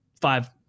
five